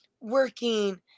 working